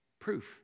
proof